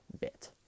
bit